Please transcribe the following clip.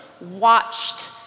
watched